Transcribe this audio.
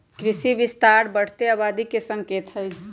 कृषि विस्तार बढ़ते आबादी के संकेत हई